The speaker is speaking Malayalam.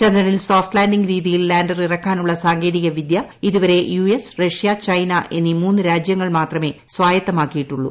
ചന്ദ്രനിൽ സോഫ്റ്റ് ലാൻഡിങ് രീതിയിൽ ലാൻഡർ ഇറക്കാനുള്ള സാങ്കേതികവിദ്യ ഇതുവരെ യുഎസ് റഷ്യ ചൈന എന്നീ മൂന്നുരാജൃങ്ങൾ മാത്രമേ സ്വായത്തമാക്കിയിട്ടുള്ളൂ